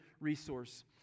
resource